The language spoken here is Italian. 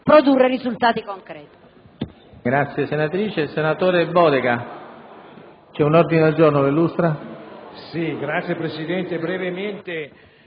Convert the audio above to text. producano risultati concreti.